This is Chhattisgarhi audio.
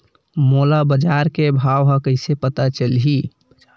मोला बजार के भाव ह कइसे पता चलही?